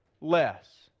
less